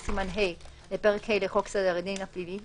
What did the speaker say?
לפי סימן ה' לפרק ה' לחוק סדר הדין הפלילי,